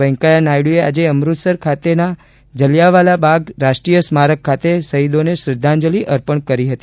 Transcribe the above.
વૈકેંયા નાયડુએ આજે અમૃતસર ખાતેના જલિયાવાલા બાગ રાષ્ટ્રીય સ્મારક ખાતે શહીદોને શ્રધ્ધાજંલિ અર્પણ કરી હતી